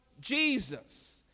Jesus